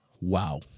Wow